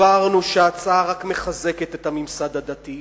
הסברנו שההצעה רק מחזקת את הממסד הדתי,